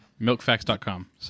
Milkfacts.com